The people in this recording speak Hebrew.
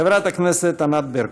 חברת הכנסת ענת ברקו.